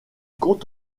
compte